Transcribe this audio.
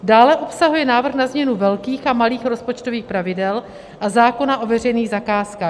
Dále obsahuje návrh na změnu velkých a malých rozpočtových pravidel a zákona o veřejných zakázkách.